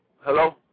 Hello